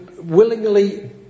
willingly